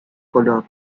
colón